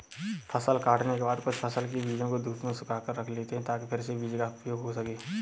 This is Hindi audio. फसल काटने के बाद कुछ फसल के बीजों को धूप में सुखाकर रख लेते हैं ताकि फिर से बीज का उपयोग हो सकें